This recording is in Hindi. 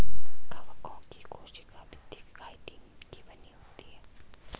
कवकों की कोशिका भित्ति काइटिन की बनी होती है